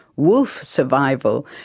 wolf survival,